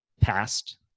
past